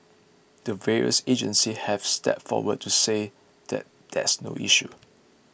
the various agencies have stepped forward to say that there's no issue